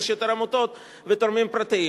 יש יותר עמותות ותורמים פרטיים.